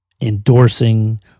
endorsing